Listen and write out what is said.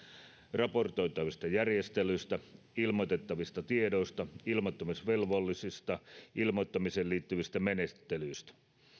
raportoitavista järjestelyistä ilmoitettavista tiedoista ilmoittamisvelvollisista ja ilmoittamiseen liittyvistä menettelyistä